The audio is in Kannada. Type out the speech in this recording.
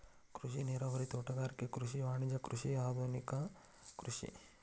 ಕೃಷಿ ನೇರಾವರಿ, ತೋಟಗಾರಿಕೆ ಕೃಷಿ, ವಾಣಿಜ್ಯ ಕೃಷಿ, ಆದುನಿಕ ಕೃಷಿ